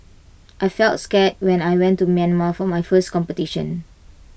I felt scared when I went to Myanmar for my first competition